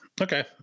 Okay